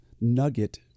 nugget